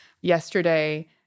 Yesterday